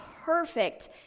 perfect